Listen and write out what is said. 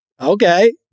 Okay